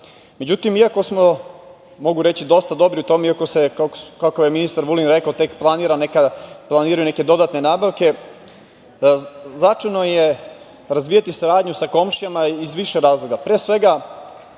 iako smo, mogu reći, dosta dobri u tome, iako se kako je ministar Vulin rekao, tek planiraju neke dodatne nabavke značajno je razvijati saradnju sa komšijama iz više razloga.